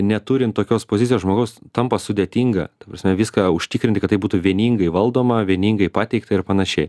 neturint tokios pozicijos žmogus tampa sudėtinga ta prasme viską užtikrinti kad tai būtų vieningai valdoma vieningai pateikta ir panašiai